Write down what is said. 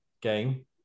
game